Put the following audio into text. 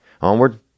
Onward